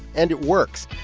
and it works.